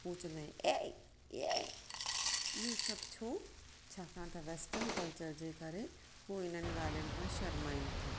उहो चवंदा आहिनि ऐं ऐं इहो सभु छो छाकाणि त वेस्टर्न कल्चर जे करे पोइ हिननि ॻाल्हियुनि खा शर्माइनि था